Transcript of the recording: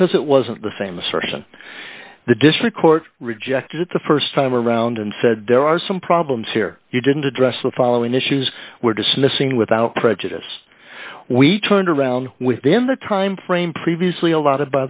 because it wasn't the same assertion the district court rejected it the st time around and said there are some problems here you didn't address the following issues were dismissing without prejudice we turned around within the timeframe previously a lot of